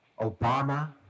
Obama